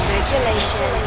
Regulation